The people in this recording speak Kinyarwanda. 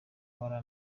bara